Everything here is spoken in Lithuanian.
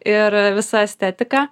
ir visa estetika